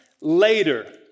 later